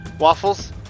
Waffles